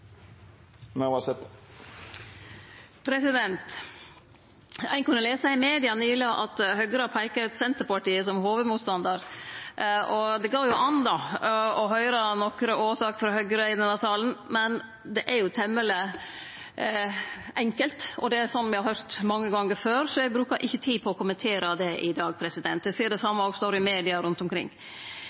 Ein kunne lese i media nyleg at Høgre har peika ut Senterpartiet som hovudmotstandar. Det går jo an å høyre nokre årsaker frå Høgre i denne salen, men det er jo temmeleg enkelt, og det er slikt me har høyrt mange gonger før, så eg bruker ikkje tid på å kommentere det i dag. Eg ser at det same står i media rundt omkring.